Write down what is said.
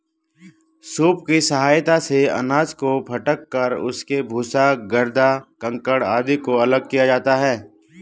soup की सहायता से अनाज को फटक कर उसके भूसा, गर्दा, कंकड़ आदि को अलग किया जाता है